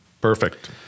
Perfect